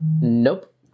Nope